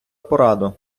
пораду